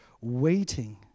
waiting